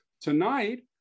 Tonight